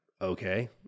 Okay